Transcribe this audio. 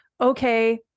okay